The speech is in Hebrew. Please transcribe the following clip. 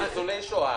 ניצולי שואה.